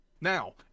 now